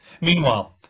meanwhile